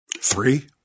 Three